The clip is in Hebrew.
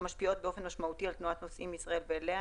המשפיעות באופן משמעותי על תנועת נוסעים מישראל ואליה,